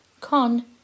Con